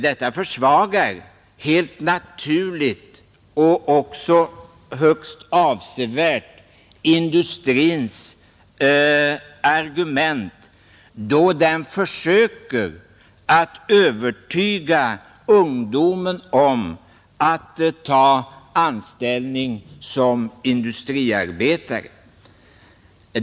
Detta försvagar helt naturligt och högst avsevärt industrins argument, då den försöker övertala ungdomen att ta anställning som industriarbetare.